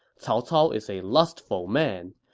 cao cao is a lustful man.